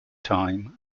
time